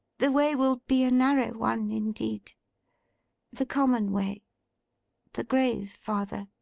the way will be a narrow one indeed the common way the grave, father